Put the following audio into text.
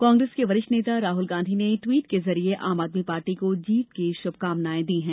कांग्रेस के वरिष्ठ नेता राहुल ने ट्वीट के जरिए आप आदमी पार्टी को जीत की शुभकामनाएं दी है